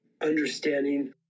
understanding